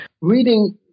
Reading